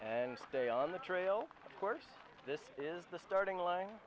and stay on the trail of course this is the starting line